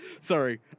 sorry